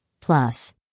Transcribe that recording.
plus